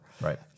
Right